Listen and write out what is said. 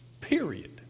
Period